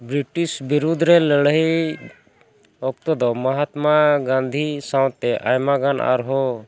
British ᱵᱤᱨᱩᱫᱽ ᱨᱮ ᱞᱟᱹᱲᱦᱟᱹᱭ ᱚᱠᱛᱚ ᱫᱚ ᱢᱚᱦᱟᱛᱢᱟ ᱜᱟᱱᱫᱷᱤ ᱥᱟᱶᱛᱮ ᱟᱭᱢᱟ ᱜᱟᱱ ᱟᱨᱦᱚᱸ